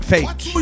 Fake